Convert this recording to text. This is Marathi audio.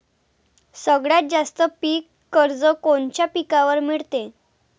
सगळ्यात जास्त पीक कर्ज कोनच्या पिकावर मिळते?